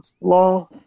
law